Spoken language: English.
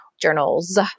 journals